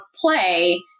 play